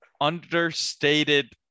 understated